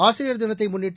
ஆசிரியர் தினத்தை முள்ளிட்டு